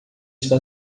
está